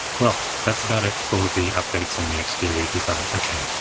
well, that's about it for the updates on the exterior design. ok,